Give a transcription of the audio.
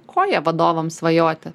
koją vadovam svajoti